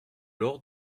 laure